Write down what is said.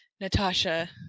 Natasha